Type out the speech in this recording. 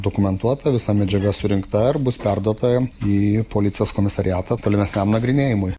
dokumentuota visa medžiaga surinkta ir bus perduota į policijos komisariatą tolimesniam nagrinėjimui